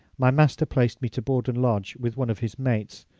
my master placed me to board and lodge with one of his mates,